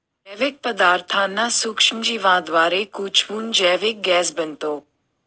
जैविक पदार्थांना सूक्ष्मजीवांद्वारे कुजवून जैविक गॅस बनतो